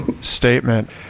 statement